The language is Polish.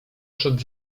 przed